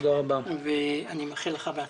אני מאחל לך בהצלחה.